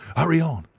hurry on!